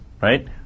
right